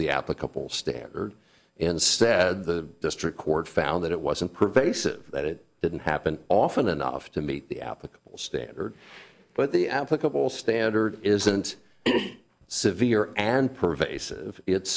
the applicable standard instead the district court found that it wasn't pervasive that didn't happen often enough to meet the applicable standard but the applicable standard isn't any severe and pervasive it's